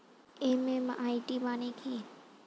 MMID মানে কি?